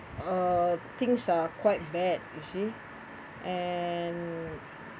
uh things are quite bad you see and